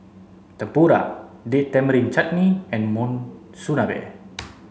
Tempura Date Tamarind Chutney and Monsunabe